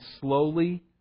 slowly